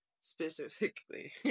specifically